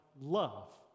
love